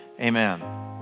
amen